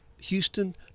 Houston